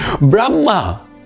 Brahma